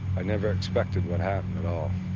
i never expected what happened at all.